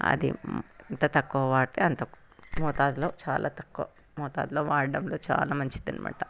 అది ఎంత తక్కువ వాడితే అంత మోతాదులో చాలా తక్కువ మోతాదులో వాడడంలో చాలా మంచిదన్నమాట